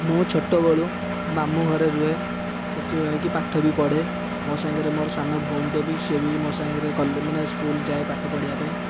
ମୁଁ ଛୋଟବେଳୁ ମାମୁଁଘରେ ରୁହେ ସେହିଠି ରହିକି ପାଠ ବି ପଢ଼େ ମୋ ସାଙ୍ଗରେ ମୋର ସାନ ଭଉଣୀ ଟେ ବି ସେ ବି ମୋ ସହ କଲେଜ ମାନେ ସ୍କୁଲ ଯାଏ ପାଠ ପଢ଼ିବା ପାଇଁ